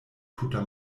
tuta